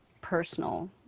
personal